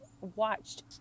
watched